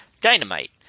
Dynamite